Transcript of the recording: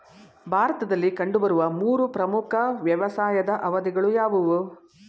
ಭಾರತದಲ್ಲಿ ಕಂಡುಬರುವ ಮೂರು ಪ್ರಮುಖ ವ್ಯವಸಾಯದ ಅವಧಿಗಳು ಯಾವುವು?